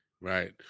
right